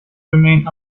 remain